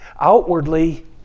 outwardly